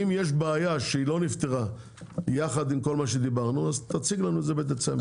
אם יש בעיה שלא נפתרה יחד עם כל מה שדיברנו אז תציג לנו את זה בדצמבר.